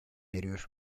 eriyor